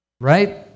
right